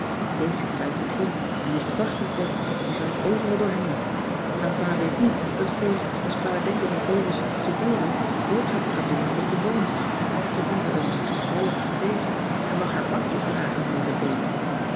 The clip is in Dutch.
kees zit vijfde gym en heeft prachtrapporten die zwaait overal door heen maar pa weet niet dat kees als pa denkt dat hij boven zit te studeeren boodschappen gaat doen met lotte boom hij komt haar dan toevallig tegen en mag haar pakjes dragen notabene